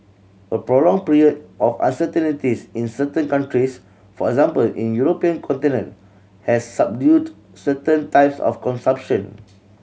a prolonged period of uncertainties in certain countries for example in European continent has subdued certain types of consumption